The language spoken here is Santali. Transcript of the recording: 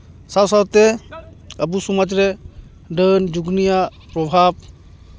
ᱥᱟᱶᱼᱥᱟᱶᱛᱮ ᱟᱵᱚ ᱥᱚᱢᱟᱡᱽ ᱨᱮ ᱰᱟᱹᱱ ᱡᱩᱜᱽᱱᱤᱭᱟᱜ ᱯᱨᱚᱵᱷᱟᱵᱽ